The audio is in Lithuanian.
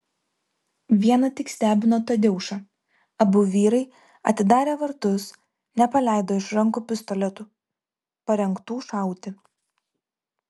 viena tik stebino tadeušą abu vyrai atidarę vartus nepaleido iš rankų pistoletų parengtų šauti